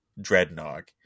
Dreadnought